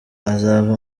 azava